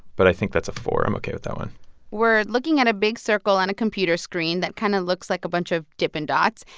but i think that's a four. i'm ok with that one we're looking at a big circle on a computer screen that kind of looks like a bunch of dippin' dots,